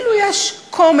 והנה, יש קומץ,